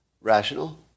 rational